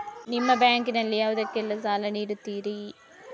ನಿಮ್ಮ ಬ್ಯಾಂಕ್ ನಲ್ಲಿ ಯಾವುದೇಲ್ಲಕ್ಕೆ ಸಾಲ ನೀಡುತ್ತಿರಿ?